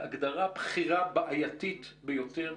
בהגדרה היא בחירה בעייתית ביותר.